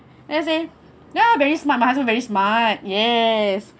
then I say ya very smart my husband very smart yes